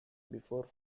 before